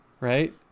Right